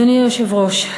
אדוני היושב-ראש,